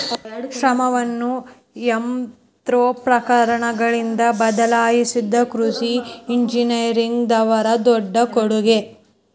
ಶ್ರಮವನ್ನಾ ಯಂತ್ರೋಪಕರಣಗಳಿಂದ ಬದಲಾಯಿಸಿದು ಕೃಷಿ ಇಂಜಿನಿಯರಿಂಗ್ ದವರ ದೊಡ್ಡ ಕೊಡುಗೆ